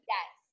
Yes